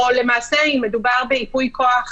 או למעשה מדובר בייפוי הכוח